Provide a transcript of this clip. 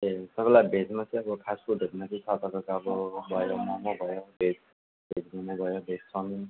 ए तपाईँलाई भेजमा चाहिँ अब फास्टफुडहरूमा चाहिँ तपाईँको अब भयो मोमो भयो भेज मोमो भयो भेज चाउमिन